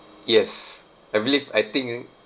yes I believe I think